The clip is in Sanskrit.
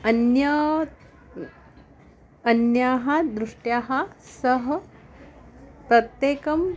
अन्याः न् अन्याः दृष्ट्याः सः प्रत्येकम्